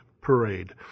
parade